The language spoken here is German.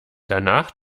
danach